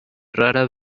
rara